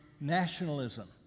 nationalism